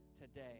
today